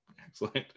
Excellent